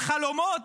על חלומות,